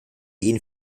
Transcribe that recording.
ihnen